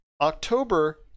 October